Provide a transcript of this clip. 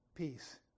Peace